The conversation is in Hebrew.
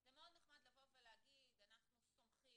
זה מאוד נחמד לבוא ולהגיד אנחנו סומכים